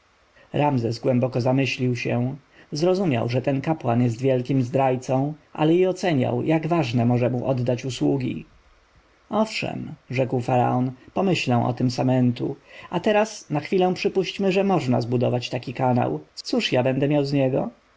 ramzes głęboko zamyślił się zrozumiał że ten kapłan jest wielkim zdrajcą ale i oceniał jak ważne może mu oddać usługi owszem rzekł faraon pomyślę o tym samentu a teraz na chwilę przypuśćmy że można zbudować taki kanał cóż ja będę miał z niego